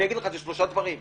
אני אומר לך שהוא שלושה דברים,